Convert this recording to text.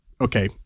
okay